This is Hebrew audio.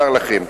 לכן,